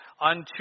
unto